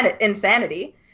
insanity